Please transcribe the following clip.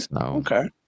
Okay